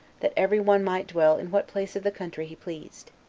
that every one might dwell in what place of the country he pleased.